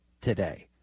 today